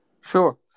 Sure